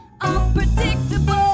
unpredictable